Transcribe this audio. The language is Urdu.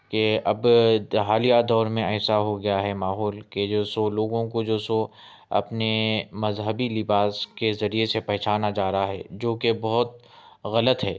کہ اب حالیہ دور میں ایسا ہو گیا ہے ماحول کہ جو سو لوگوں کو جو سو اپنے مذہبی لباس کے ذریعے سے پہچانا جا رہا ہے جو کہ بہت غلط ہے